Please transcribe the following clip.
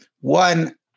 one